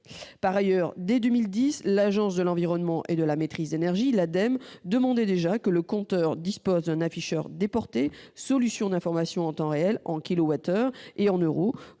Cela étant, dès 2010, l'Agence de l'environnement et de la maîtrise de l'énergie, l'ADEME, demandait déjà que le compteur dispose d'un afficheur déporté, solution d'information en temps réel en kilowattheures